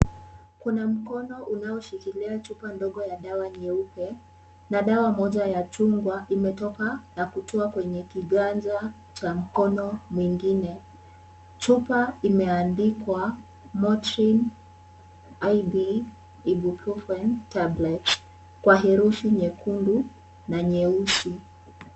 Kuna mkono unaoshikilia chupa ndogo ya dawa nyeupe na dawa moja ya chungwa imetoka na kutua kwenye kiganja cha mkono mwingine. Chupa imeandikwa Motrine IB Ibuprofen Tablets kwa herufi nyekundu na nyeusi.